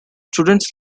students